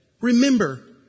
Remember